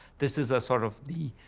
this is a sort of the,